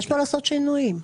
איפה לעשות שינויים?